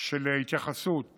של התייחסות